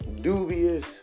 dubious